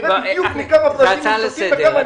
זאת הצעה לסדר.